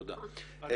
אנחנו פה -- תודה.